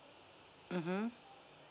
mmhmm